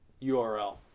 url